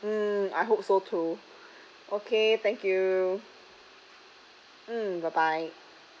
mm I hope so too okay thank you mm bye bye